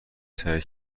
سعی